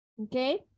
okay